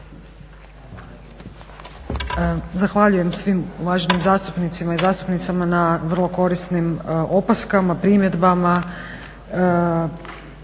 Zahvaljujem svi uvaženim zastupnicima i zastupnicama na vrlo korisnim opaskama, primjedbama,